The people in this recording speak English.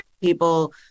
people